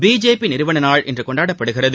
BJP நிறுவன நாள் இன்று கொண்டாடப்படுகிறது